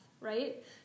right